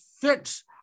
fix